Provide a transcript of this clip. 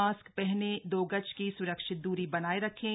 mask पहनें दो गज की सुरक्षित दूरी बनाए रखें